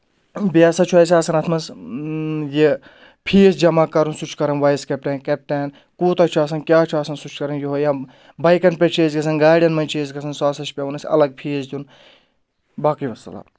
بیٚیہِ ہَسا چھُ اَسہِ آسَان اَتھ منٛز یہِ فیٖس جمع کَرُن سُہ چھُ کَرَان وایِس کیپٹین کیپٹین کوٗتاہ چھُ آسان کیاہ چھُ آسان سُہ چھُ کَرَان یِہوے یا بایکَن پؠٹھ چھِ أسۍ گژھان گاڑؠن منٛز چھِ أسۍ گژھان سُہ ہَسا چھِ پؠوَان أسۍ الگ فیٖس دیُن باقٕے وَسَلام